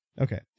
Okay